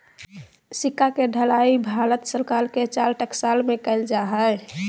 सिक्का के ढलाई भारत सरकार के चार टकसाल में कइल जा हइ